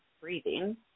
breathing